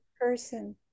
person